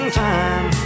time